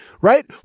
right